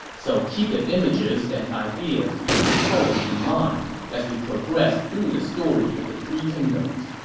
so keep the images and ideas from this poem in mind as we progress through the story of the three kingdoms